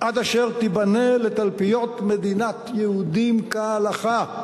עד אשר תיבנה לתלפיות מדינת יהודים כהלכה.